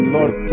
Lord